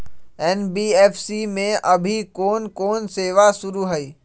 NBFC में अभी कोन कोन सेवा शुरु हई?